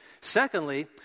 Secondly